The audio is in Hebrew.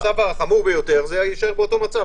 במצב החמור ביותר זה יישאר באותו מצב.